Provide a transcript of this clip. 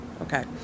okay